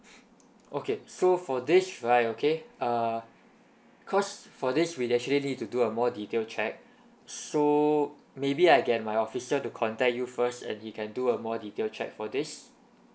okay so for this right okay err because for this we actually need to do a more detailed check so maybe I get my officer to contact you first and he can do a more detailed check for this